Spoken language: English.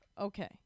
okay